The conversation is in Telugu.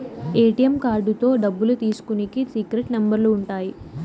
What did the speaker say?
ఏ.టీ.యం కార్డుతో డబ్బులు తీసుకునికి సీక్రెట్ నెంబర్లు ఉంటాయి